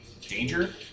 danger